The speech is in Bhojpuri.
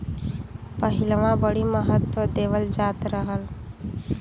पहिलवां बड़ी महत्त्व देवल जात रहल